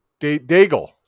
Daigle